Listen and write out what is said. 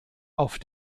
auf